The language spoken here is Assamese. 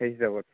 সেই হিচাপত